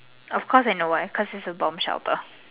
of course I know why because it is a bomb shelter